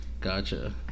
Gotcha